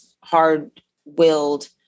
hard-willed